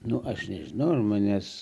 nu aš nežinau ar manęs